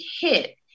hit